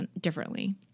differently